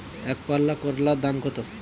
একপাল্লা করলার দাম কত?